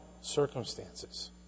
circumstances